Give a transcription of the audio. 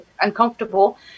uncomfortable